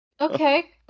Okay